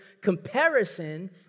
comparison